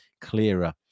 clearer